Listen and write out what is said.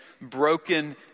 broken